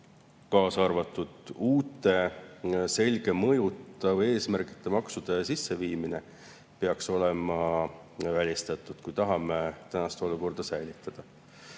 kaasa arvatud uute selge mõjuta või eesmärkideta maksude sisseviimine, peaks olema välistatud, kui tahame tänast olukorda säilitada.